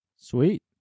Sweet